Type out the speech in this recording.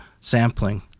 sampling